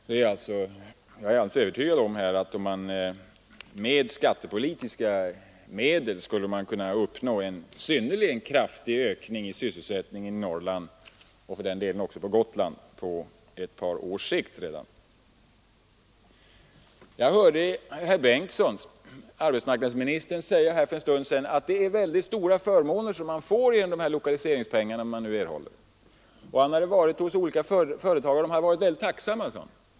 Jag är alldeles övertygad om att man med skattepolitiska medel skulle kunna uppnå en synnerligen kraftig ökning av sysselsättningen i Norrland och också på Gotland redan på ett par år. Jag hörde för en stund sedan arbetsmarknadsminister Bengtsson säga att det är stora förmåner som företagen får genom de lokaliseringspengar de erhåller. Han hade besökt olika företagare, och de hade varit mycket tacksamma, sade han.